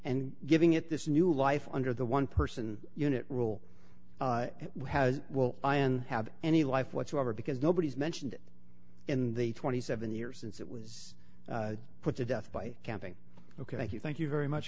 and giving it this new life under the one person unit rule will have any life whatsoever because nobody's mentioned it in the twenty seven years since it was put to death by camping ok thank you thank you very much